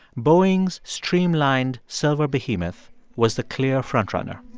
boeing's streamlined silver behemoth was the clear frontrunner